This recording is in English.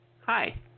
hi